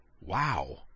wow